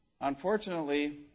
Unfortunately